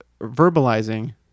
verbalizing